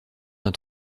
d’un